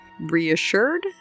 reassured